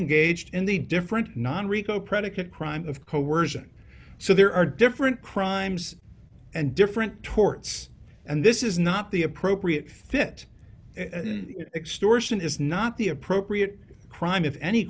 engaged in the different non rico predicate crime of coersion so there are different crimes and different torts and this is not the appropriate fit extortion is not the appropriate crime if any